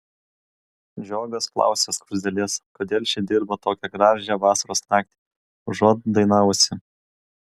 žiogas klausia skruzdėlės kodėl ši dirba tokią gražią vasaros naktį užuot dainavusi